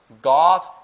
God